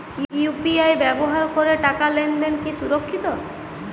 UPI ব্যবহার করে টাকা লেনদেন কি সুরক্ষিত?